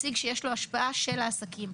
נציג שיש לו השפעה של העסקים.